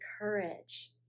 courage